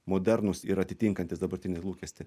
modernūs ir atitinkantys dabartinį lūkestį